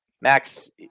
max